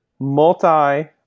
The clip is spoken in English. multi